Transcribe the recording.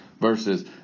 versus